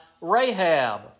Rahab